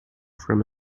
from